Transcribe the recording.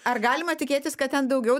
ar galima tikėtis kad ten daugiau